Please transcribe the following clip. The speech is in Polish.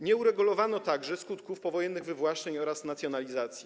Nie uregulowano także skutków powojennych wywłaszczeń oraz nacjonalizacji.